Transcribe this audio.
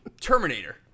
Terminator